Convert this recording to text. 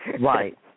Right